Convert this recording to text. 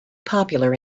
popular